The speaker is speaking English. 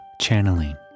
Channeling